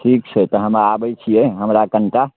ठीक छै तऽ हम आबै छियै हमरा कनिटा